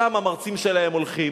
שם המרצים שלהם הולכים,